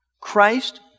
Christ